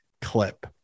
clip